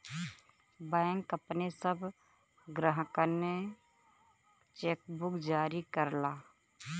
bank अपने सब ग्राहकनके चेकबुक जारी करला